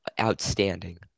outstanding